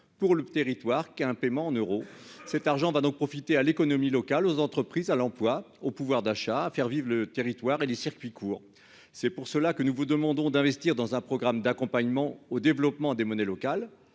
pour le territoire qu'un paiement en euros, cet argent va donc profiter à l'économie locale aux entreprises à l'emploi, au pouvoir d'achats à faire vivre le territoire et les circuits courts, c'est pour cela que nous vous demandons d'investir dans un programme d'accompagnement au développement des monnaies locales